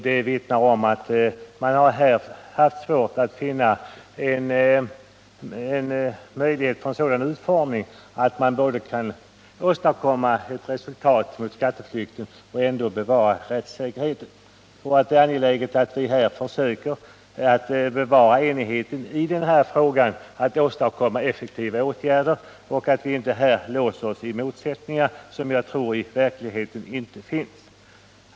Detta vittnar om att man har haft svårt att finna en utformning av lagen som ger resultat i kampen mot skatteflykten samtidigt som rättssäkerheten bevaras. Det är angeläget att vi försöker bevara enigheten om att åstadkomma effektiva åtgärder i denna fråga och inte låser OSS i positioner med hänsyn till motsättningar som jag tror i verkligheten inte finns.